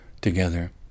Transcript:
together